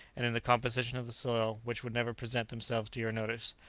and in the composition of the soil, which would never present themselves to your notice.